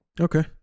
Okay